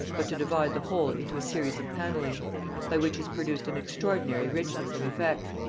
but to divide the whole into a series of pannelling by which is produced an extraordinary richness of effect,